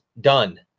done